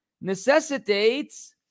necessitates